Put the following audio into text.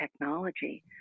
technology